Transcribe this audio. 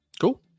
Cool